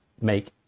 make